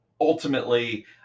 ultimately